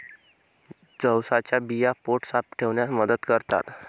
जवसाच्या बिया पोट साफ ठेवण्यास मदत करतात